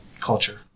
culture